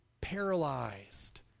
paralyzed